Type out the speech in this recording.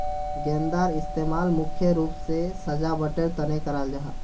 गेंदार इस्तेमाल मुख्य रूप से सजावटेर तने कराल जाहा